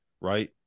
right